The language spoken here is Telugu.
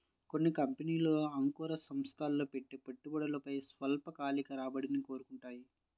కొన్ని కంపెనీలు అంకుర సంస్థల్లో పెట్టే పెట్టుబడిపై స్వల్పకాలిక రాబడిని కోరుకుంటాయి